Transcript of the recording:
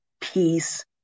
peace